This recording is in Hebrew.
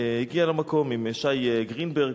הגיע למקום עם שי גרינברג,